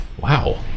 Wow